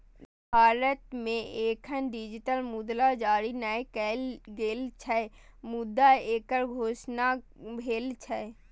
भारत मे एखन डिजिटल मुद्रा जारी नै कैल गेल छै, मुदा एकर घोषणा भेल छै